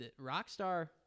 Rockstar